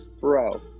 Bro